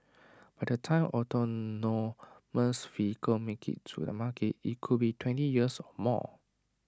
by the time autonomous vehicles make IT to the market IT could be twenty years or more